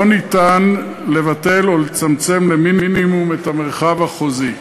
לא ניתן לבטל או לצמצם למינימום את המרחב החוזי.